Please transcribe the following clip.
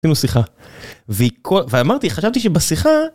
עשינו שיחה, והיא כל.. ואמרתי, חשבתי שבשיחה,